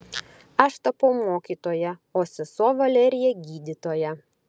aš tapau mokytoja o sesuo valerija gydytoja